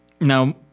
Now